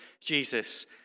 Jesus